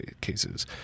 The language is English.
cases